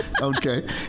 Okay